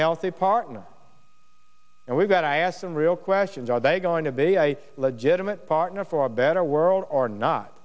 healthy partner and we've got i ask some real questions are they going to be i legitimately partner for a better world or not